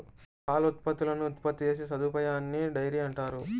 పాల ఉత్పత్తులను ఉత్పత్తి చేసే సదుపాయాన్నిడైరీ అంటారు